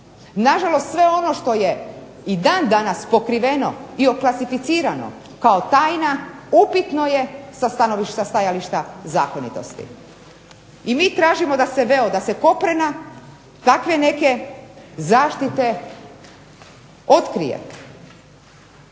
Na žalost sve ono što je i dan danas pokriveno i oklasificirano kao tajna upitno je sa stanovišta stajališta zakonitosti. I mi tražimo da se veo, da se koprena takve neke zaštite otkrije.